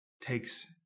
takes